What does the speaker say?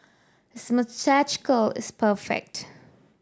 his moustache curl is perfect